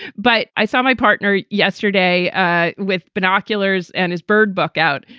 but i saw my partner yesterday with binoculars and his bird book out,